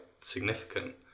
significant